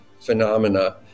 phenomena